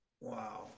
Wow